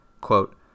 Quote